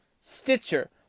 Stitcher